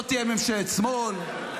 לא תהיה ממשלת שמאל,